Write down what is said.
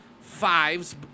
fives